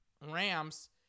Rams